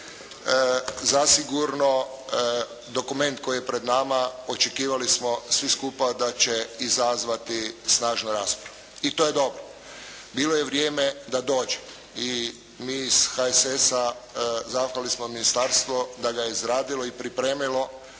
Zasigurno dokument koji je pred nama očekivali smo svi skupa da će izazvati snažnu raspravu. I to je dobro. Bilo je vrijeme da dođe. I mi iz HSS-a zahvalni smo ministarstvu da ga je izradilo i pripremilo